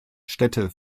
städte